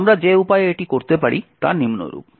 আমরা যে উপায়ে এটি করতে পারি তা নিম্নরূপ